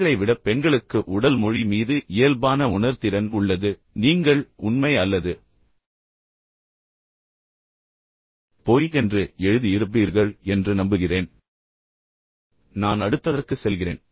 ஆண்களை விட பெண்களுக்கு உடல் மொழி மீது இயல்பான உணர்திறன் உள்ளது நீங்கள் உண்மை அல்லது பொய் என்று எழுதியிருப்பீர்கள் என்று நம்புகிறேன் நான் அடுத்ததற்கு செல்கிறேன்